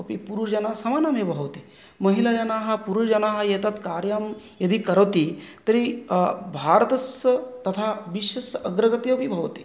अपि पुरुषजना समानमेव भवति महिलजना पुरुषजना एतत् कार्यं यदि करोति तर्हि भारतस्य तथा विश्वस्य अग्रगतिः अपि भवति